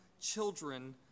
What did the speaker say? children